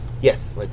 Yes